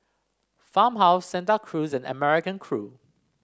Farmhouse Santa Cruz and American Crew